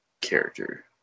character